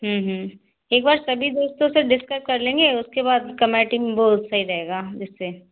हूँ हूँ एक बार सभी दोस्तों से डिस्कस कर लेंगे उसके बाद कमेटी वो सही रहेगा इससे